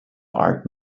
art